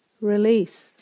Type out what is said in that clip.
release